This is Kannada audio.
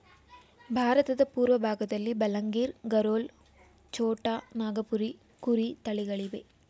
ಭಾರತದ ಪೂರ್ವಭಾಗದಲ್ಲಿ ಬಲಂಗಿರ್, ಗರೋಲ್, ಛೋಟಾ ನಾಗಪುರಿ ಕುರಿ ತಳಿಗಳಿವೆ